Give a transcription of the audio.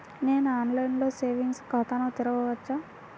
నేను ఆన్లైన్లో సేవింగ్స్ ఖాతాను తెరవవచ్చా?